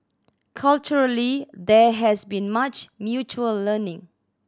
culturally there has been much mutual learning